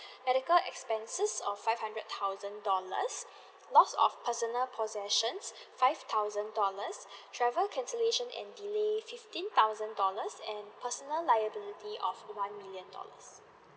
medical expenses of five hundred thousand dollars lost of personal possessions five thousand dollars travel cancellation and delayed fifteen thousand dollars and personal liability of one million dollars